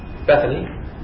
Bethany